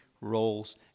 roles